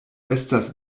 estas